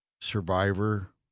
survivor